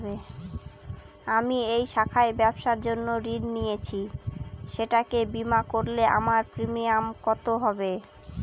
আমি এই শাখায় ব্যবসার জন্য ঋণ নিয়েছি সেটাকে বিমা করলে আমার প্রিমিয়াম কত হবে?